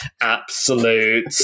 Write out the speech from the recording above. absolute